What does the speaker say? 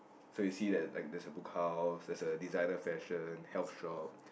so you see there like there's a Book House there's a designer fashion health shop